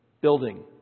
building